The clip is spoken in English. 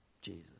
Jesus